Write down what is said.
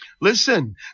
Listen